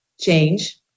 change